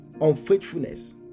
unfaithfulness